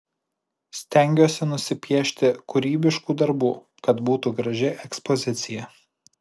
stengiuosi nusipiešti kūrybiškų darbų kad būtų graži ekspozicija